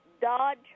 dodge